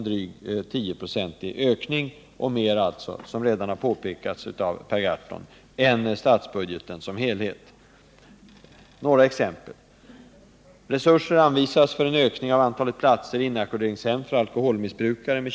Det är en ökning med drygt 10 96. Det är betydligt mer, som Per Gahrton påpekat, än den totala ökningen av statsbudgeten.